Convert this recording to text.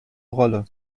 rolle